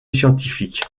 scientifique